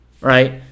Right